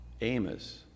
Amos